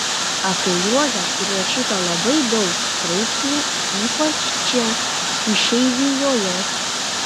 apie juozą prirašyta labai daug straipsnių ypač čia išeivijoje